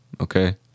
okay